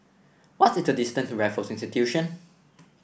what is the distance to Raffles Institution